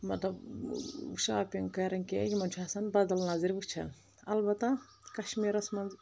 مطلب شاپنٛگ کرٕنۍ کینٛہہ یِمن چھُ آسان بدل نظرِ وٕچھان البتہ کشمیٖرس منٛز